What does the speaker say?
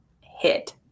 hit